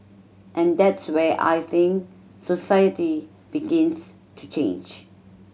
and that's where I think society begins to change